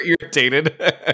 irritated